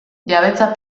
jabetza